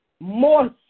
more